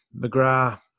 McGrath